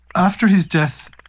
after his death,